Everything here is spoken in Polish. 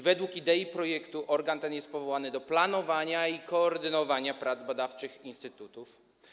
Według idei projektu organ ten jest powołany do planowania i koordynowania prac badawczych instytutów.